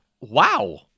Wow